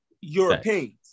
europeans